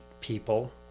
people